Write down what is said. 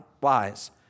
wise